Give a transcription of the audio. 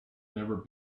never